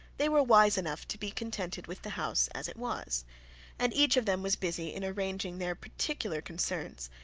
they were wise enough to be contented with the house as it was and each of them was busy in arranging their particular concerns,